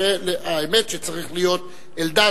האמת שצריך להיות אלדד,